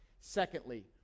Secondly